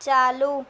چالو